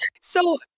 So-